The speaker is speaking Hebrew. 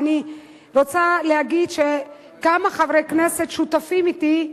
ואני רוצה להגיד שכמה חברי כנסת שותפים אתי,